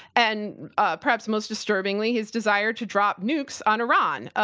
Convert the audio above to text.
and ah perhaps most disturbingly his desire to drop nukes on iran,